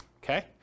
Okay